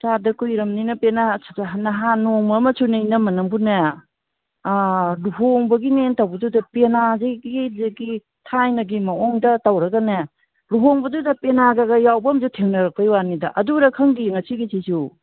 ꯇꯥꯗ ꯀꯨꯏꯔꯕꯅꯤꯅ ꯄꯦꯅꯥ ꯅꯍꯥꯟ ꯅꯣꯡꯃ ꯑꯃꯁꯨ ꯏꯅꯝꯃ ꯅꯪꯕꯨꯅꯦ ꯂꯨꯍꯣꯡꯕꯒꯤꯅꯦꯅ ꯇꯧꯕꯗꯨꯗ ꯄꯦꯅꯥꯗꯒꯤꯗꯒꯤ ꯊꯥꯏꯅꯒꯤ ꯃꯑꯣꯡꯗ ꯇꯧꯔꯒꯅꯦ ꯂꯨꯍꯣꯡꯕꯗꯨꯗ ꯄꯦꯅꯥꯒ ꯌꯥꯎꯕ ꯑꯃꯁꯨ ꯊꯦꯡꯅꯔꯛꯄꯩ ꯋꯥꯅꯤꯗ ꯑꯗꯨꯔ ꯈꯪꯗꯦ ꯉꯁꯤꯒꯤꯁꯤꯁꯨ